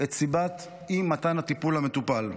את סיבת אי-מתן הטיפול למטופל.